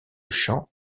champ